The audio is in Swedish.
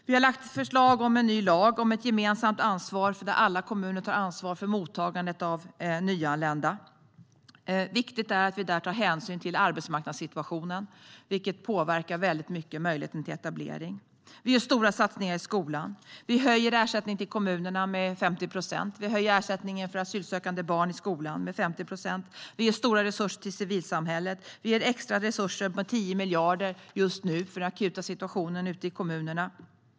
Vi har lagt fram ett förslag om en ny lag om att alla kommuner ska ta ett gemensamt ansvar för mottagandet av nyanlända. Här är det viktigt att man tar hänsyn till arbetsmarknadssituationen, vilken påverkar möjligheten till etablering. Vi gör stora satsningar på skolan. Vi höjer ersättningen till kommunerna med 50 procent. Vi höjer ersättningen för asylsökande barn i skolan med 50 procent. Vi ger stora resurser till civilsamhället. Vi ger extra resurser på 10 miljarder för akuta situationer ute i kommunerna.